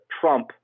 trump